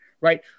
right